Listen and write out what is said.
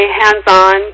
hands-on